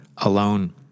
Alone